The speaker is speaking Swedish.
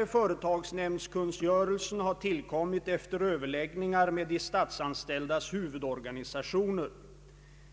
i företagsnämndskungörelsen har tillkommit efter överläggningar med de statsanställdas huvudorganisationer.